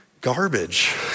garbage